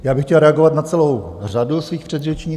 Já bych chtěl reagovat na celou řadu svých předřečníků.